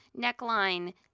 neckline